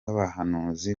abahanuzi